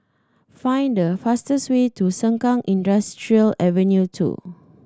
find the fastest way to Sengkang Industrial Avenue Two